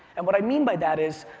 and what i mean by that is,